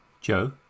Joe